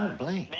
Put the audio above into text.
bling.